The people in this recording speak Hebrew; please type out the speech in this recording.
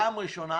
פעם ראשונה